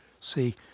see